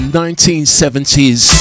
1970s